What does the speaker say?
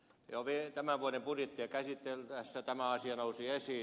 jo tämän vuoden budjettia käsiteltäessä tämä asia nousi esiin